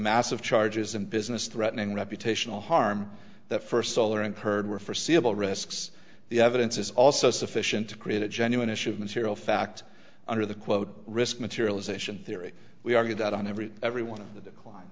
massive charges in business threatening reputational harm the first solar incurred were forseeable risks the evidence is also sufficient to create a genuine issue of material fact under the quote risk materialization theory we argue that on every every one of the decline